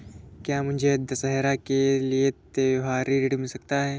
क्या मुझे दशहरा के लिए त्योहारी ऋण मिल सकता है?